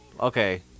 Okay